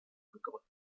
gegründet